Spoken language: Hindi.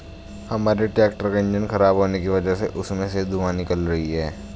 हमारे ट्रैक्टर का इंजन खराब होने की वजह से उसमें से धुआँ निकल रही है